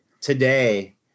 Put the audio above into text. today